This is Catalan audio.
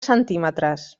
centímetres